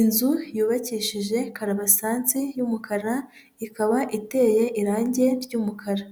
Inzu yubakishije karabasansi y'umukara ikaba iteye irangi ry'umukara.